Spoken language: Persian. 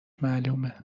معلومه